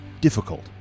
difficult